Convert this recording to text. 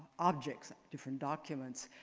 objects, different documents.